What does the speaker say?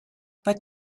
but